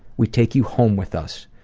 we take you home with us.